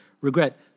regret